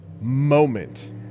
moment